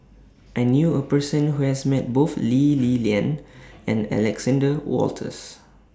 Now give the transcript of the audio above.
I knew A Person Who has Met Both Lee Li Lian and Alexander Wolters